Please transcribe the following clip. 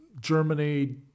Germany